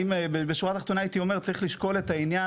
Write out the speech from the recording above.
בשורה תחתונה הייתי אומר צריך לשקול את העניין